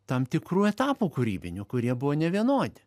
tam tikrų etapų kūrybinių kurie buvo nevienodi